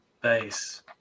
base